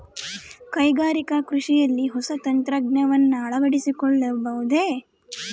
ಕೈಗಾರಿಕಾ ಕೃಷಿಯಲ್ಲಿ ಹೊಸ ತಂತ್ರಜ್ಞಾನವನ್ನ ಅಳವಡಿಸಿಕೊಳ್ಳಬಹುದೇ?